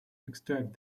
extract